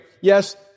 yes